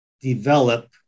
develop